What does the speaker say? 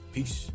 Peace